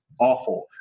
awful